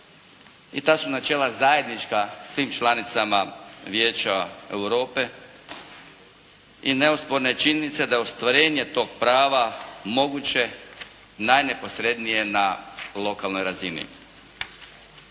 i ta su načela zajednička svim članicama Vijeća Europe. I neosporna je činjenica da je ostvarenje toga prava moguće najneposrednije na lokalnoj razini.